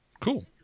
Cool